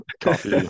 coffee